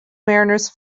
mariners